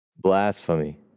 Blasphemy